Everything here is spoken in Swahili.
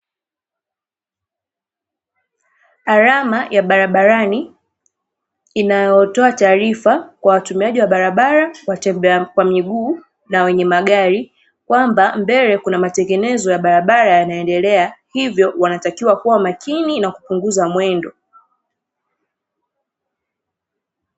Alama ya barabarani inayotoa taarifa kwa watumiaji wa barabara, watembea kwa miguu na wenye magari kwamba mbele kuna matengenezo ya barabara yanaendelea, hivyo wanatakiwa kuwa makini na kupunguza mwendo.